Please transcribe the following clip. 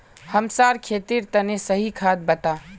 हमसार खेतेर तने सही खाद बता